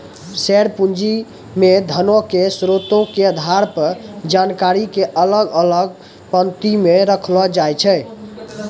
share पूंजी मे धनो के स्रोतो के आधार पर जानकारी के अलग अलग पंक्ति मे रखलो जाय छै